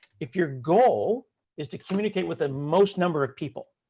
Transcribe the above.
if your goal is to communicate with the most number of people,